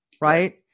right